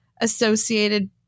associated